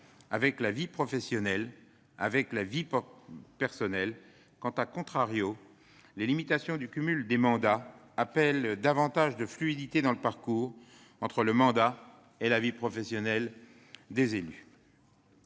avec la vie professionnelle et personnelle, alors que,, la limitation du cumul des mandats appelle davantage de fluidité dans le parcours entre le mandat et la vie professionnelle. Cela